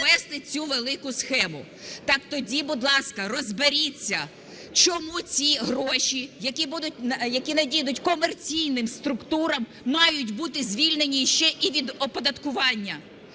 провести цю велику схему. Так тоді, будь ласка, розберіться, чому ці гроші, які надійдуть комерційним структурам, мають бути звільнені ще і від оподаткування.